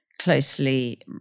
closely